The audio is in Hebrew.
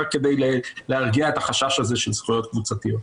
רק כדי להרגיע את החשש של זכויות קבוצתיות.